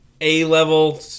A-level